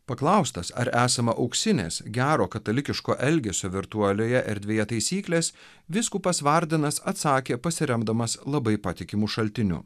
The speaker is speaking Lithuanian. paklaustas ar esama auksinės gero katalikiško elgesio virtualioje erdvėje taisyklės vyskupas vardenas atsakė pasiremdamas labai patikimu šaltiniu